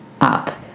up